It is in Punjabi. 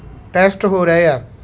ਟੈਸਟ ਹੋ ਰਹੇ ਹੈ